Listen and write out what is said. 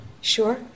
Sure